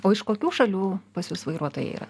o iš kokių šalių pas jus vairuotojai yra